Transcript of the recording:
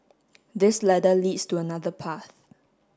this ladder leads to another path